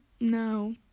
no